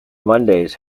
mondays